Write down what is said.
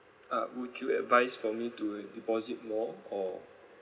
uh would you advice for me to deposit more or